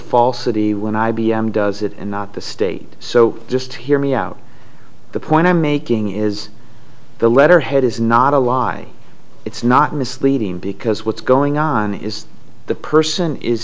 falsity when i b m does it and not the state so just hear me out the point i'm making is the letterhead is not a lie it's not misleading because what's going on is the person is